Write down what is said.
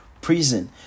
prison